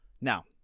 Now